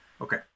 Okay